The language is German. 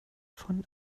von